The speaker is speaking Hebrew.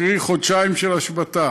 קרי חודשיים של השבתה.